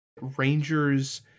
Rangers